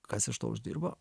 kas iš to uždirbo